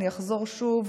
אני אחזור שוב,